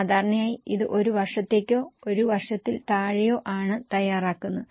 സാധാരണയായി ഇത് ഒരു വർഷത്തേക്കോ ഒരു വർഷത്തിൽ താഴെയോ ആണ് തയ്യാറാക്കുന്നത്